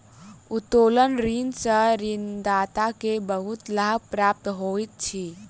उत्तोलन ऋण सॅ ऋणदाता के बहुत लाभ प्राप्त होइत अछि